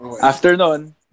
Afternoon